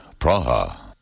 Praha